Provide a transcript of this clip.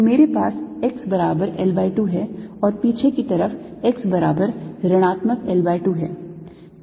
तो मेरे पास x बराबर L by 2 है और पीछे की तरफ x बराबर ऋणात्मक L by 2 है